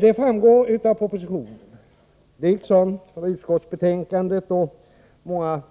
Det framgår av propositionen liksom av utskottsbetänkandet — det har också framgått